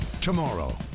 Tomorrow